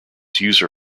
user